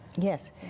Yes